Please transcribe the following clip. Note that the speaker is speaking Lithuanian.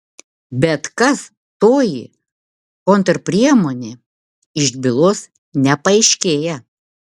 bet kas toji kontrpriemonė iš bylos nepaaiškėja